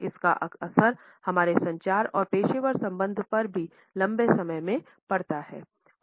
इसका असर हमारे संचार और पेशेवर संबंध पर भी लंबे समय में पड़ता है